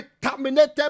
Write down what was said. terminated